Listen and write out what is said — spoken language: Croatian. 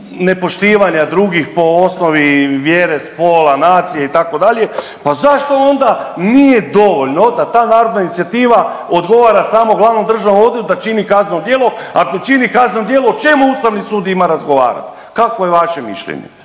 nepoštivanja drugih po osnovi vjere, spola, nacije itd., pa zašto onda nije dovoljno da ta narodna inicijativa odgovara samo glavnom državnom odvjetniku da čini kazneno djelo, ako čini kazneno djelo o čemu ustavni sud ima razgovarat, kakvo je vaše mišljenje?